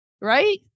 right